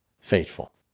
faithful